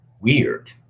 weird